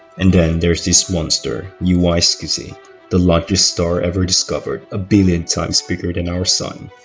and then there's this monster uy scuti the largest star ever discovered a billion times bigger than our sun